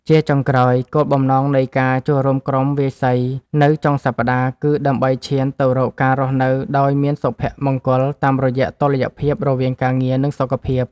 ជាចុងក្រោយ គោលបំណងនៃការចូលរួមក្រុមវាយសីនៅចុងសប្តាហ៍ គឺដើម្បីឈានទៅរកការរស់នៅដោយមានសុភមង្គលតាមរយៈតុល្យភាពរវាងការងារ និងសុខភាព។